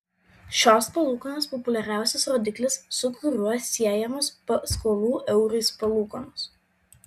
šios palūkanos populiariausias rodiklis su kuriuo siejamos paskolų eurais palūkanos